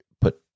put